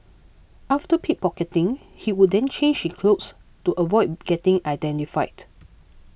after pickpocketing he would then change his clothes to avoid getting identified